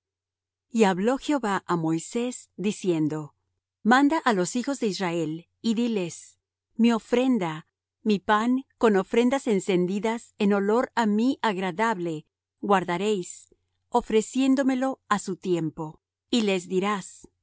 y hablo jehová á moisés diciendo manda á los hijos de israel y diles mi ofrenda mi pan con mis ofrendas encendidas en olor á mí agradable guardaréis ofreciéndomelo á su tiempo y les dirás